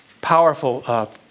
powerful